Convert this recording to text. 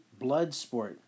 Bloodsport